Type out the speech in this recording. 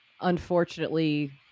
unfortunately